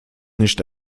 nicht